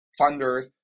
funders